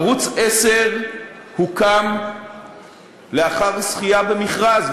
ערוץ 10 הוקם לאחר זכייה במכרז,